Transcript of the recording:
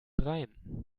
dreien